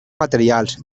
materials